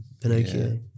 Pinocchio